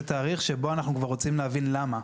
תאריך שבו אנחנו כבר רוצים להבין למה.